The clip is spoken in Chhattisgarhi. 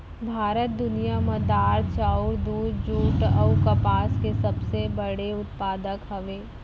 भारत दुनिया मा दार, चाउर, दूध, जुट अऊ कपास के सबसे बड़े उत्पादक हवे